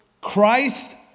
christ